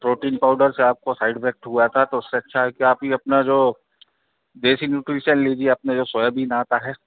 protein powder से आपको side effect हुआ था तो उससे अच्छा है कि आप यह अपना जो देसी न्यूट्रिशन लीजिए अपने जो सोयाबीन आता है